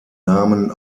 namen